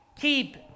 Keep